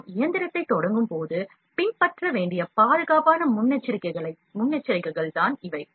நாம் இயந்திரத்தைத் தொடங்கும்போது பின்பற்ற வேண்டிய பாதுகாப்பான முன்னெச்சரிக்கைகள் தான் இவை